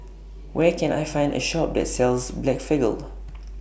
Where Can I Find A Shop that sells Blephagel